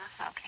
Okay